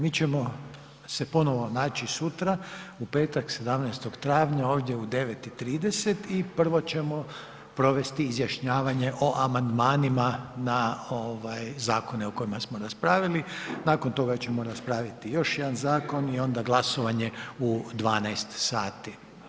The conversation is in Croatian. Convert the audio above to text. Mi ćemo se ponovno naći sutra, u petak, 17. travnja u 9 i 30 i prvo ćemo provesti Izjašnjavanje o amandmanima na zakone o kojima smo raspravili, nakon toga ćemo raspraviti još jedan zakon i onda glasovanje u 12 sati.